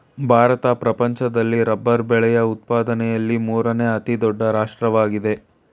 ಭಾರತ ಪ್ರಪಂಚದಲ್ಲಿ ರಬ್ಬರ್ ಬೆಳೆಯ ಉತ್ಪಾದನೆಯಲ್ಲಿ ಮೂರನೇ ಅತಿ ದೊಡ್ಡ ರಾಷ್ಟ್ರವಾಗಿದೆ